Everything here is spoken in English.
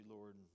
Lord